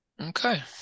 Okay